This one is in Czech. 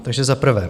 Takže za prvé.